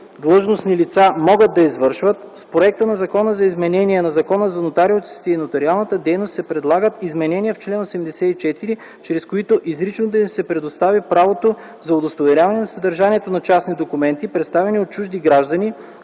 длъжностни лица могат да извършват, с проекта на Закон за изменение на Закона за нотариусите и нотариалната дейност се предлагат изменения в чл. 84, чрез които изрично да им се предостави правото за удостоверяване на съдържанието на частни документи, представени от чужди граждани,